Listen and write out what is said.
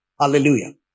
Hallelujah